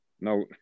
No